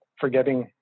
forgetting